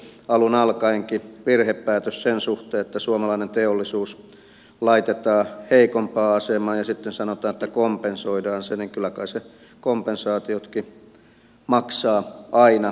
jos tehdään niin kuin alun alkaenkin virhepäätös sen suhteen että suomalainen teollisuus laitetaan heikompaan asemaan ja sitten sanotaan että kompensoidaan se niin kyllä kai ne kompensaatiotkin maksaa aina joku